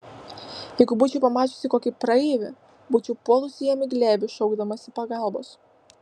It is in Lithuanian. jeigu būčiau pamačiusi kokį praeivį būčiau puolusi jam į glėbį šaukdamasi pagalbos